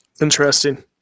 Interesting